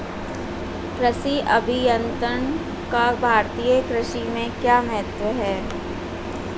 कृषि अभियंत्रण का भारतीय कृषि में क्या महत्व है?